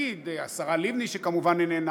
נגיד השרה לבני שכמובן איננה,